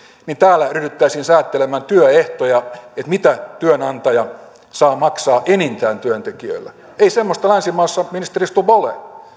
täällä ryhdyttäisiin säätelemään työehtoja mitä työnantaja saa maksaa enintään työntekijöille ei semmoista länsimaassa ministeri stubb ole vaan